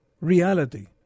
reality